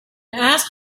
ask